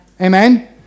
Amen